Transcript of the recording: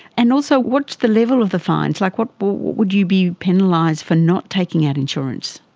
and also, what's the level of the fines? like what would you be penalised for not taking out insurance?